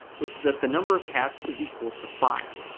which is that the number of cats is equal to five.